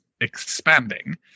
expanding